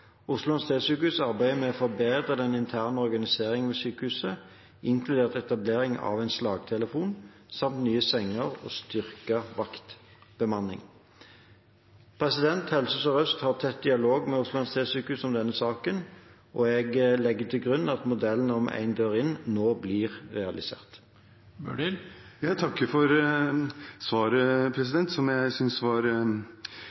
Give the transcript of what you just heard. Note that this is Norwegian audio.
Oslo sykehusområde. Oslo universitetssykehus arbeider med å forbedre den interne organiseringen ved sykehuset, inkludert etablering av en slagtelefon, samt nye senger og styrket vaktbemanning. Helse Sør-Øst har tett dialog med Oslo universitetssykehus om denne saken, og jeg legger til grunn at modellen for «én dør inn» nå blir realisert. Jeg takker for svaret,